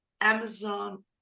Amazon